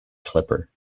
clipper